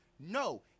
No